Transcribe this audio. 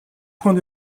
point